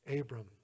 Abram